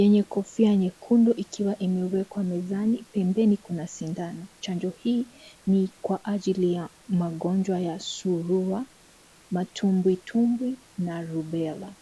yenye kofia nyekundu ikiwa imewekwa mezani pembeni kuna sindano . Chanjo hii ni kwa ajili ya magonjwa ya surua , matumbwitumbwi na rubella